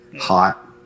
hot